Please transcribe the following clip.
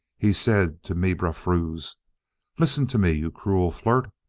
he said to mibrafruz listen to me, you cruel flirt!